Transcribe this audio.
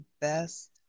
best